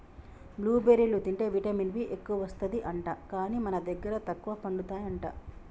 blue బెర్రీలు తింటే vitamin B ఎక్కువస్తది అంట, కానీ మన దగ్గర తక్కువ పండుతాయి అంట